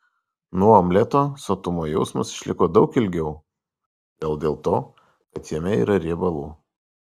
nuo omleto sotumo jausmas išliko daug ilgiau gal dėl to kad jame yra riebalų